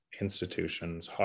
institutions